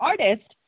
artist